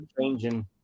changing